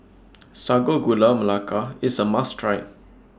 Sago Gula Melaka IS A must Try